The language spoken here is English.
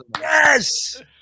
Yes